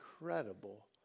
incredible